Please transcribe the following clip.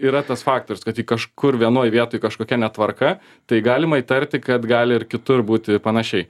yra tas faktorius kad jei kažkur vienoj vietoj kažkokia netvarka tai galima įtarti kad gali ir kitur būti panašiai